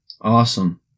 Awesome